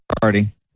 Party